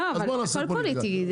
לא, אבל הכל פוליטי.